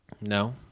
No